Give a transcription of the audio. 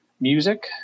music